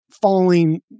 falling